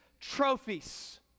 trophies